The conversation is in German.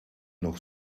noch